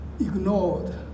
ignored